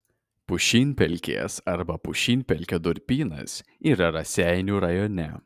pušynpelkės arba pušynpelkio durpynas yra raseinių rajone